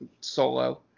solo